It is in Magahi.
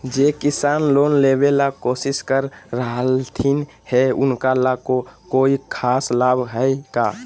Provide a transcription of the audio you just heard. जे किसान लोन लेबे ला कोसिस कर रहलथिन हे उनका ला कोई खास लाभ हइ का?